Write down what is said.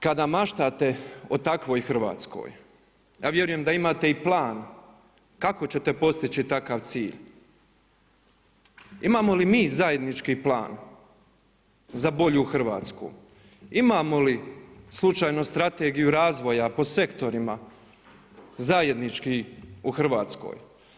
Kada maštate o takvoj Hrvatskoj, a vjerujem da imate i plan kako ćete postići takav cilj, imamo li mi zajednički plan za bolju Hrvatsku, imamo li slučajno strategiju razvoja po sektorima zajednički u Hrvatskoj?